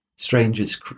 Strangers